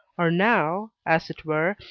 are now, as it were,